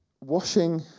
washing